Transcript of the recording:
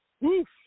Woof